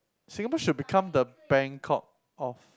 Singapore should become the Bangkok of